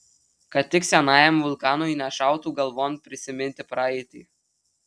kad tik senajam vulkanui nešautų galvon prisiminti praeitį